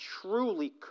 truly